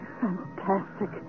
Fantastic